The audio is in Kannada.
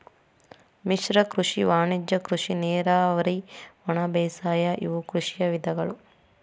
ಮಿಶ್ರ ಕೃಷಿ ವಾಣಿಜ್ಯ ಕೃಷಿ ನೇರಾವರಿ ಒಣಬೇಸಾಯ ಇವು ಕೃಷಿಯ ವಿಧಗಳು